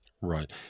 Right